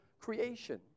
creation